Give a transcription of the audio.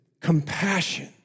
Compassion